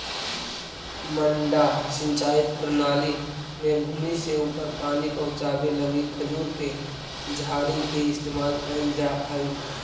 मड्डा सिंचाई प्रणाली में भूमि से ऊपर पानी पहुँचावे लगी खजूर के झाड़ी के इस्तेमाल कैल जा हइ